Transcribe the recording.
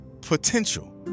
potential